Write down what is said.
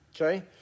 Okay